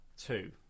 two